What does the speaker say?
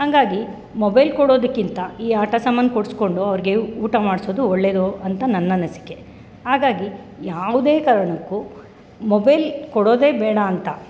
ಹಂಗಾಗಿ ಮೊಬೆಲ್ ಕೊಡೋದಕ್ಕಿಂತ ಈ ಆಟ ಸಾಮಾನು ಕೊಡಿಸ್ಕೊಂಡು ಅವರಿಗೆ ಊಟ ಮಾಡಿಸೋದು ಒಳ್ಳೇದು ಅಂತ ನನ್ನ ಅನಿಸಿಕೆ ಹಾಗಾಗಿ ಯಾವುದೇ ಕಾರಣಕ್ಕೂ ಮೊಬೆಲ್ ಕೊಡೋದೇ ಬೇಡ ಅಂತ